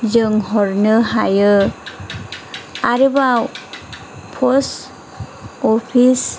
जों हरनो हायो आरोबाव पस्ट अफिस